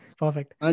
Perfect